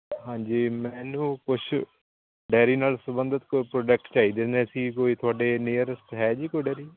ਹਾਂਜੀ ਮੈਨੂੰ ਕੁਛ ਡੈਅਰੀ ਨਾਲ ਸੰਬੰਧਿਤ ਕੋਈ ਪ੍ਰੋਡਕਟ ਚਾਹੀਦੇ ਨੇ ਅਸੀਂ ਕੋਈ ਤੁਹਾਡੇ ਨੀਅਰਸਟ ਹੈ ਜੀ ਕੋਈ ਡੈਅਰੀ